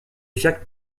jacques